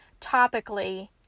topically